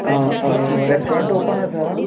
आं आं restaurant open आसा